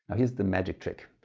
here's the magic trick.